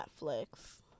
Netflix